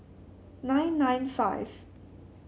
nine nine five